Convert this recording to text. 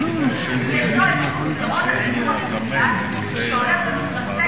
ישנו איזשהו פתרון לדיור הסוציאלי שהולך ומתרסק,